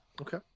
Okay